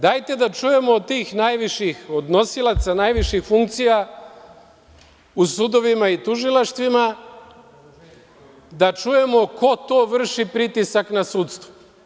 Dajte da čujemo od tih nosilaca najviših funkcija u sudovima i tužilaštvima ko to vrši pritisak na sudstvo?